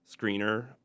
Screener